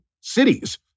cities